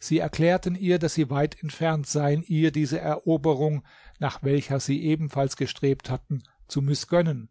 sie erklärten ihr daß sie weit entfernt seien ihr diese eroberung nach welcher sie ebenfalls gestrebt hatten zu mißgönnen